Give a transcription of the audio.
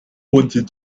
wanted